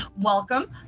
welcome